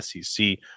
SEC